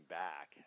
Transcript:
back